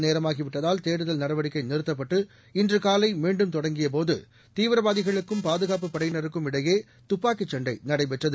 நேரமாகிவிட்டதால் தேடுதல் நடவடிக்கை நிறுத்தப்பட்டு இன்று காலை மீண்டும் இரவு தொடங்கியபோது தீவிரவாதிகளுக்கும் பாதுகாப்புப் படையினருக்கும் இடையே துப்பாக்கிச் சண்டை நடைபெற்றது